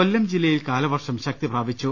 കൊല്ലം ജില്ലയിൽ കാലവർഷം ശക്തിപ്രാപിച്ചു